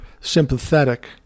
sympathetic